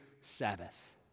Sabbath